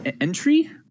entry